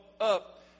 up